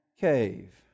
cave